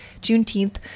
Juneteenth